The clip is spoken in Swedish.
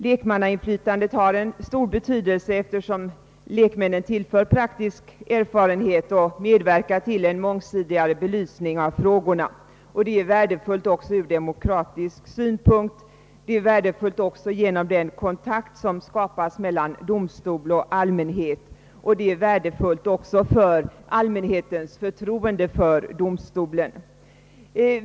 Lekmannainflytandet har stor betydelse eftersom lekmännen tillför de organ det gäller praktisk erfarenhet och medverkar till en mångsidigare belysning av frågorna. Det är värdefullt också ur demokratins synpunkt. Och det är värdefullt med ett lekmannainflytande i domstolarna därför att kontakt på så sätt skapas mellan domstol och allmänhet, en kontakt som bidrar till att öka allmänhetens förtroende för domstolarna.